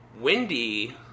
Wendy